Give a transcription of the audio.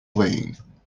playing